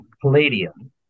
Palladium